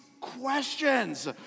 questions